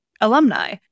alumni